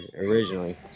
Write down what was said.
originally